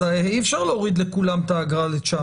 אי אפשר להוריד לכולם את האגרה ל-900.